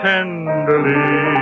Tenderly